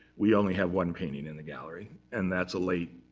we only have one painting in the gallery. and that's a late,